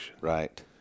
Right